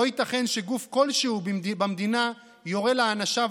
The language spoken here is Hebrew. לא ייתכן שגוף כלשהו במדינה יורה לאנשיו